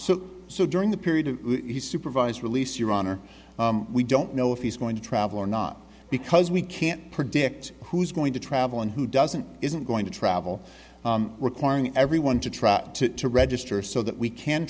so so during the period he's supervised release your honor we don't know if he's going to travel or not because we can't predict who's going to travel and who doesn't isn't going to travel requiring everyone to try to register so that we can